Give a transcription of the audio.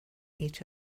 each